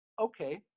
Okay